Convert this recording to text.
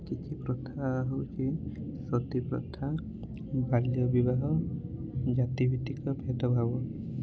କିଛି ପ୍ରକାର ହେଉଛି ସତୀପ୍ରଥା ବାଲ୍ୟବିବାହ ଜାତିଭିତ୍ତିକ ଭେଦଭାବ